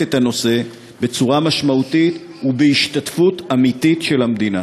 את הנושא בצורה משמעותית ובהשתתפות אמיתית של המדינה.